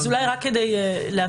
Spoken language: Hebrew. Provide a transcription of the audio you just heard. אולי רק כדי להבהיר.